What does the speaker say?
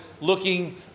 looking